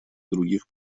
других